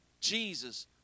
Jesus